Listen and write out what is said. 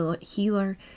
healer